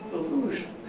illusion